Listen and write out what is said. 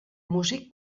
músic